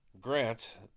Grant